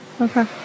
Okay